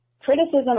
Criticism